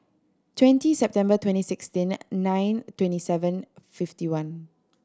twenty September twenty sixteen nine twenty seven fifty one